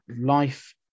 Life